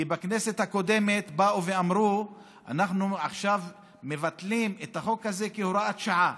כי בכנסת הקודמת באו ואמרו: אנחנו עכשיו מבטלים את החוק הזה כהוראת שעה